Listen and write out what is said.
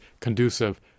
conducive